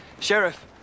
Sheriff